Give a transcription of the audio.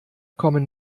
kommen